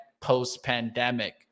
post-pandemic